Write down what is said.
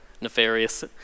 nefarious